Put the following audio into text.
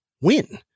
win